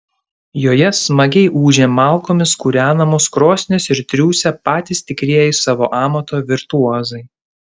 joje smagiai ūžia malkomis kūrenamos krosnys ir triūsia patys tikrieji savo amato virtuozai